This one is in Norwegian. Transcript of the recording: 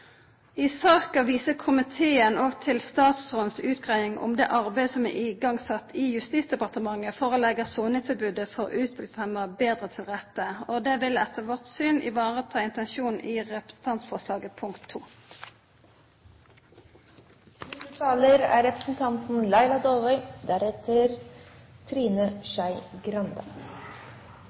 I saka viser komiteen òg til statsråden si utgreiing om det arbeidet som er sett i gang i Justisdepartementet for å leggja soningstilbodet for utviklingshemma betre til rette. Det vil etter vårt syn vareta intensjonen i representantforslaget,